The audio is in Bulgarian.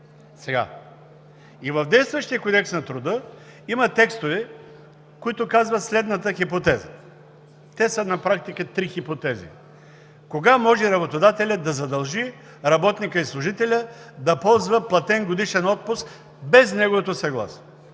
И в действащия Кодекс на труда има текстове, които казват следната хипотеза. На практика хипотезите са три за това кога може работодателят да задължи работника и служителя да ползва платен годишен отпуск без неговото съгласие.